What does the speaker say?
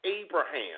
Abraham